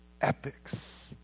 epics